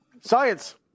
Science